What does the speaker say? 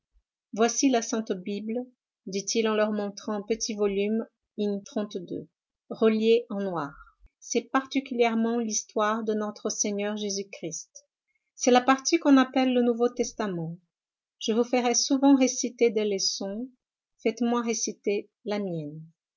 voici la sainte bible dit-il en leur montrant un petit volume in relié en noir c'est particulièrement l'histoire de notre-seigneur jésus-christ c'est la partie qu'on appelle le nouveau testament je vous ferai souvent réciter des leçons faites-moi réciter la mienne